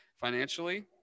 financially